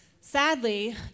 Sadly